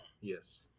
Yes